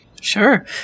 Sure